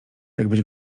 jakbyś